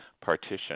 partition